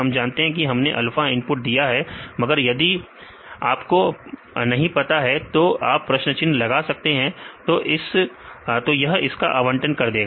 हम जानते हैं कि हमने अल्फा इनपुट दिया है मगर यदि आपको नहीं पता है तो आप प्रश्न चिन्ह लगा सकते हैं तो यह इसका आवंटन कर देगा